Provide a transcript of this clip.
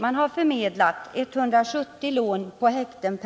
Man har förmedlat 170 lån på häkten,